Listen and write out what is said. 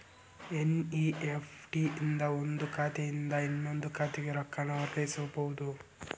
NEFT ಇಂದ ಒಂದ್ ಖಾತೆಯಿಂದ ಇನ್ನೊಂದ್ ಖಾತೆಗ ರೊಕ್ಕಾನ ವರ್ಗಾಯಿಸಬೋದು